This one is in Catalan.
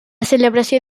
celebració